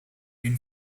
been